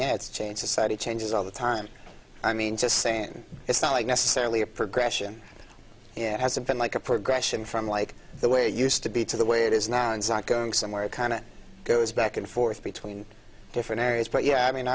yeah it's change society changes all the time i mean just saying it's not like necessarily a progression yeah it hasn't been like a progression from like the way you used to be to the way it is now going somewhere it kind of goes back and forth between different areas but yeah i mean